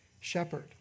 shepherd